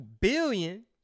billion